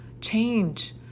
change